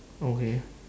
okay